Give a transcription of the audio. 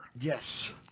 Yes